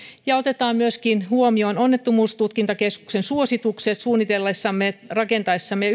ja otetaan myöskin huomioon onnettomuustutkintakeskuksen suositukset suunnitellessamme rakentaessamme